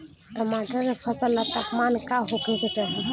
टमाटर के फसल ला तापमान का होखे के चाही?